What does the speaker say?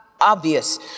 obvious